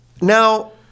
Now